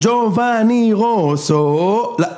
ג'ו-בא-ני רו-סו